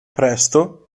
presto